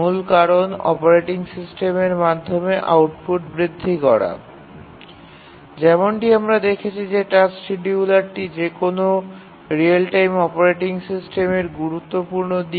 মূল কারণ অপারেটিং সিস্টেমের মাধ্যমে আউটপুট বৃদ্ধি করা যেমনটি আমরা দেখেছি যে টাস্ক শিডিয়ুলারটি যে কোনও রিয়েল টাইম অপারেটিং সিস্টেমের গুরুত্বপূর্ণ দিক